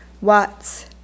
Watts